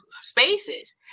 spaces